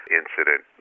incident